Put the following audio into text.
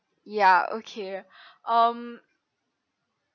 ya okay um